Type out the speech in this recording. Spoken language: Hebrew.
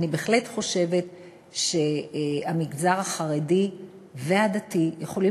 אני בהחלט חושבת שהמגזר החרדי והדתי יכולים